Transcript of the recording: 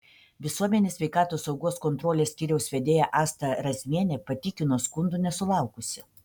visuomenės sveikatos saugos kontrolės skyriaus vedėja asta razmienė patikino skundų nesulaukusi